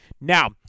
Now